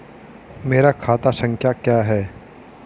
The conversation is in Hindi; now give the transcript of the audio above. मेरा खाता संख्या क्या है?